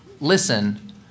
listen